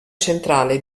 centrale